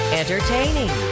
entertaining